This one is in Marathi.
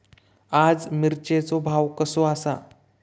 आज मिरचेचो भाव कसो आसा?